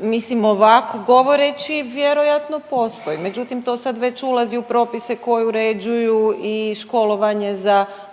mislim ovako govoreći vjerojatno postoji, međutim to sad već ulazi u propise koji uređuju i školovanje za